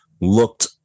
looked